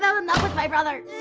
love and love with my brother.